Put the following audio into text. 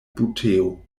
buteo